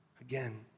again